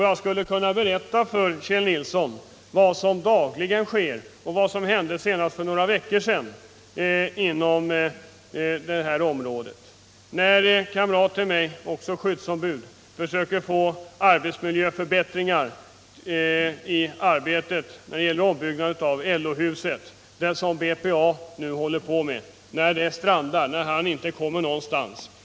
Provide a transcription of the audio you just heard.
Jag skulle kunna berätta för Kjell Nilsson vad som dagligen sker och vad som hände senast för några veckor sedan inom detta område när en kamrat till mig, också skyddsombud, försökte få arbetsmiljöförbättringar — det gällde ombyggnad av LO-huset, som BPA nu håller på med — och hur de försöken strandade, när han inte kom någonstans.